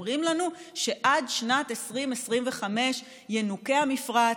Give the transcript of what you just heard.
ואמרו לנו שעד שנת 2025 ינוקה המפרץ,